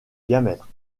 diamètre